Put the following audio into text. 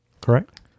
correct